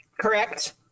Correct